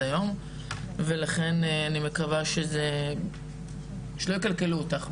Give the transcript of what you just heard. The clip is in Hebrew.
היום ולכן אני מקווה שלא יקלקלו אותך,